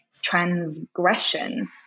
transgression